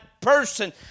person